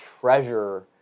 treasure